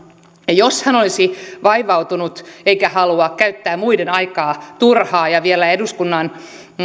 ja jos hän olisi vaivautunut eikä haluaisi käyttää muiden aikaa turhaan ja vielä eduskunnan